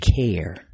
care